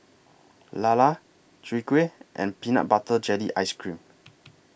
Lala Chwee Kueh and Peanut Butter Jelly Ice Cream